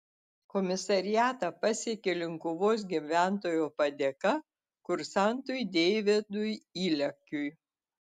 komisariatą pasiekė linkuvos gyventojo padėka kursantui deividui ilekiui